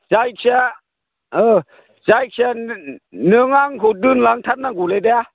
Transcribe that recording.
जायखिया ओ जायखिया नों आंखौ दोनलांथारनांगौलै दे